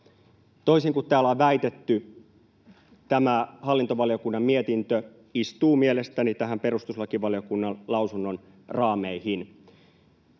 Toisin kuin täällä on väitetty, tämä hallintovaliokunnan mietintö istuu mielestäni perustuslakivaliokunnan lausunnon raameihin.